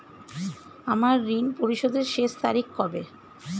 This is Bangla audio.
আমার ঋণ পরিশোধের শেষ তারিখ কবে?